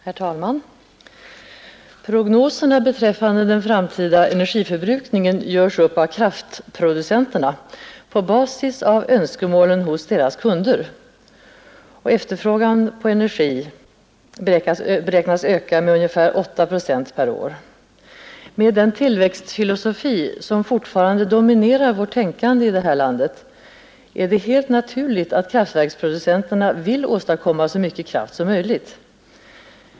Herr talman! Prognoserna beträffande den framtida energiförbrukningen görs upp av kraftproducenterna på basis av önskemålen hos deras kunder. Efterfrågan på energi beräknas öka med ungefär 8 procent per år. Med den tillväxtfilosofi som fortfarande dominerar vårt tänkande här i landet är det helt naturligt att kraftproducenterna vill åstadkomma så mycket kraft som möjligt.